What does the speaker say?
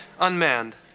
unmanned